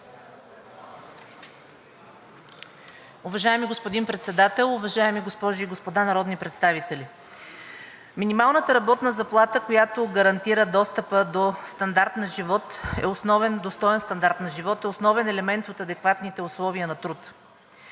Уважаеми господин Председател, уважаеми госпожи и господа народни представители! Минималната работна заплата, която гарантира достъпа до стандарт на живот, достоен стандарт на живот, е основен елемент от адекватните условия на труд.